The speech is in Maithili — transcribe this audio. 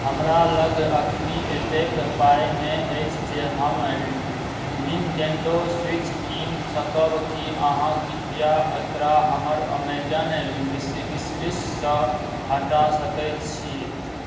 हमरा लग अखनी एतेक पाइ नै अछि जे हम निनटेंडो स्विच कीनि सकब की अहाँ कृपया एकरा हमर अमेजन विश लिस्ट सँ हटा सकैत छी